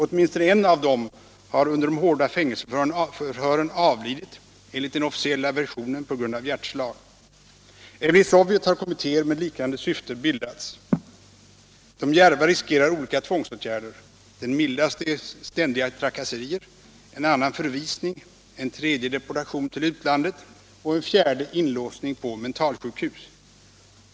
Åtminstone en av dem har under de hårda fängelseförhören avlidit, enligt den officiella versionen på grund av hjärtslag. Även i Sovjet har kommittéer med liknade syfte bildats. De djärva riskerar olika tvångsåtgärder. Den mildaste är ständiga trakasserier, en annan förvisning, en tredje deportation till utlandet och en fjärde inlåsning på mentalsjukhus.